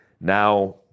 now